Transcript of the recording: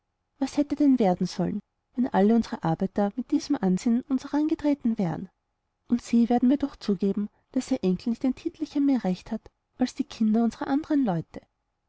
was hätte denn werden sollen wenn alle unsere arbeiter mit diesem ansinnen an uns herangetreten wären und sie werden mir doch zugeben daß ihr enkel nicht um ein titelchen mehr recht hat als die kinder unserer anderen leute